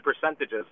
percentages